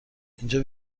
اینجا